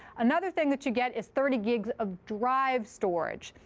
another thing that you get is thirty gigs of drive storage.